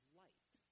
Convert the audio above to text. light